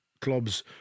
clubs